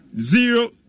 zero